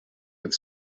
with